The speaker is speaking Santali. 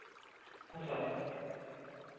ᱦᱮᱸ ᱥᱮ ᱵᱟᱝ